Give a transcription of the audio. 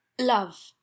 Love